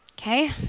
Okay